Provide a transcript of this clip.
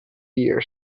year